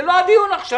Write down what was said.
זה לא הדיון עכשיו,